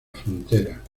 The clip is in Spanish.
frontera